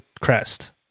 crest